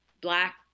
black